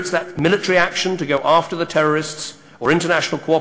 הוא אמר: